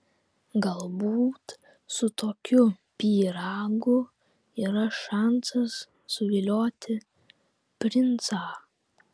galbūt su tokiu pyragu yra šansas suvilioti princą